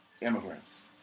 immigrants